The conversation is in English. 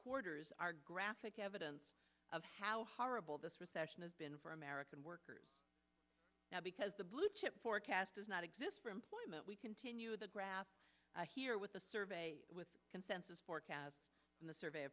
quarters are graphic evidence of how horrible this recession has been for american workers now because the blue chip forecasters not exist for employment we continue the graph here with the survey with consensus forecasts and the survey